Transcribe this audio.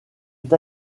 est